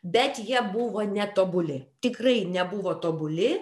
bet jie buvo netobuli tikrai nebuvo tobuli